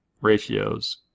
ratios